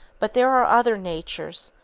but there are other natures,